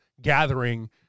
gathering